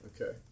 Okay